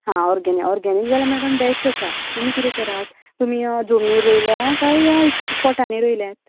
आं ऑर्गेनीक जाल्यार madam best आसा तुमी किदें करात तुमी जमनीर रोयल्या काय पोटांनी रोयल्यात